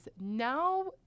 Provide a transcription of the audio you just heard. now